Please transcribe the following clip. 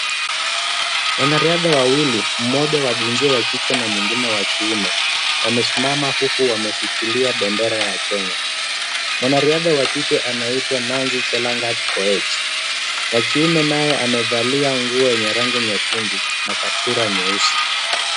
Wanariadha wawili, mmoja wa jinsira ya kike na mwingine wa kiume, wamesimama huku wameshikilia bendera ya Kenya. Mwanariadha wa kike anaitwa Nanzi Chelanga Koech. Wa kiume naye amevalia nguo yenye rangi nyekundu na kaptura nyeusi.